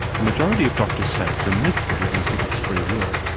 the majority of doctors say it's a myth that it inhibits free will,